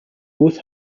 both